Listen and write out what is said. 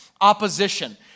opposition